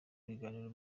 biganiro